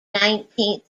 nineteenth